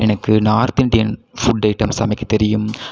எனக்கு north Indian food items சமைக்க தெரியும்